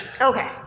Okay